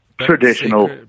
traditional